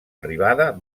arribada